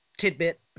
tidbit